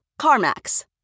CarMax